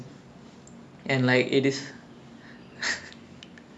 ya no one can take it lah like it seems like the entire population cannot take it